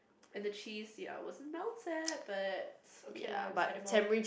and the cheese ya wasn't melted but okay lah it was edible